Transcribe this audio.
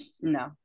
No